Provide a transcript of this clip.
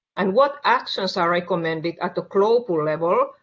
and what actions are recommended at the global level,